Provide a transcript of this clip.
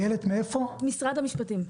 ממשרד המשפטים,